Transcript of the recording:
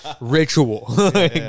Ritual